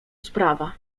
sprawa